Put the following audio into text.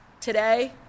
Today